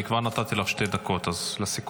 אני כבר נתתי לך שתי דקות, אז לסיכום.